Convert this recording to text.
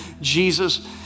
Jesus